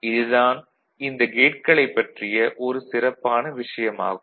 இது தான் இந்த கேட்களைப் பற்றிய ஒரு சிறப்பான விஷயம் ஆகும்